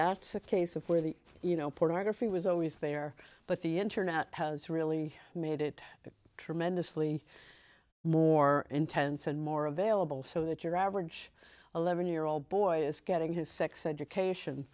that's a case of where the you know pornography was always there but the internet has really made it tremendously more intense and more available so that your average eleven year old boy is getting his sex education